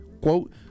Quote